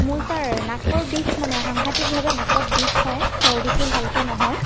মোৰ ছাৰ নাকৰ বিষ মানে সাংঘাটিকভাৱে নাকত বিষ হয় চৰ্দীটো ভালকৈ নহয়